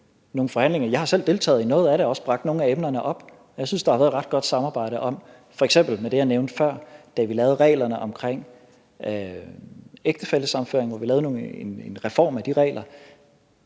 Jeg har selv deltaget i nogle af forhandlingerne og også bragt nogle af emnerne op, og jeg synes, der har været et ret godt samarbejde om f.eks. det, jeg nævnte før, da vi lavede reglerne om ægtefællesammenføring, hvor vi lavede en reform af de regler.